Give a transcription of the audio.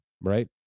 right